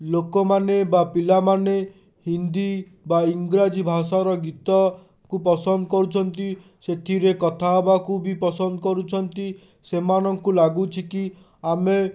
ଲୋକମାନେ ବା ପିଲାମାନେ ହିନ୍ଦୀ ବା ଇଂରାଜୀ ଭାଷାର ଗୀତକୁ ପସନ୍ଦ କରୁଛନ୍ତି ସେଥିରେ କଥା ହେବାକୁ ବି ପସନ୍ଦ କରୁଛନ୍ତି ସେମାନଙ୍କୁ ଲାଗୁଛି କି ଆମେ